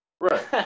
right